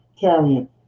carrying